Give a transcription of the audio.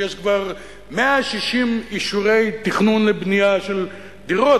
ויש כבר 160 אישורי תכנון לבנייה של דירות,